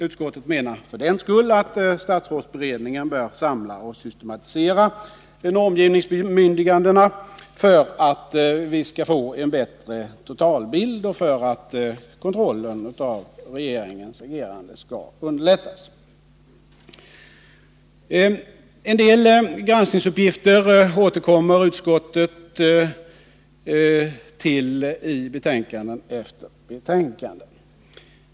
Utskottet menar för den skull att statsrådsberedningen bör samla och systematisera normgivningsbemyndigandena för att vi skall få fram en bättre totalbild och för att kontrollen av regeringens agerande skall underlättas. En del granskningsuppgifter återkommer ständigt i utskottets betänkanden.